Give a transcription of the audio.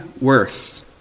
worth